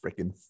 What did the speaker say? freaking